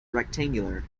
rectangular